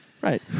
Right